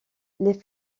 les